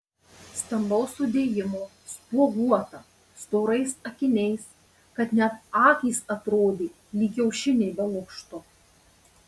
stambaus sudėjimo spuoguota storais akiniais kad net akys atrodė lyg kiaušiniai be lukšto